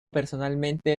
personalmente